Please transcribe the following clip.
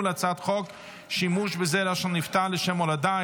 הצעת חוק שימוש בזרע של נפטר לשם הולדה,